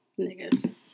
Niggas